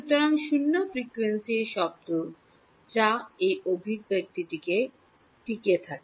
সুতরাং শূন্য ফ্রিকোয়েন্সি এ শব্দটি যা এই অভিব্যক্তিতে টিকে থাকে